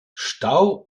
stau